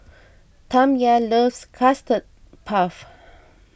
Tamya loves Custard Puff